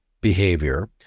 behavior